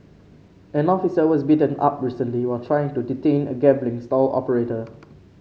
an officer was beaten up recently while trying to detain a gambling stall operator